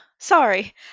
Sorry